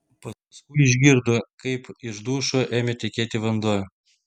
paskui išgirdo kaip iš dušo ėmė tekėti vanduo